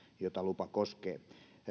jota lupa koskee